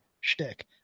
Shtick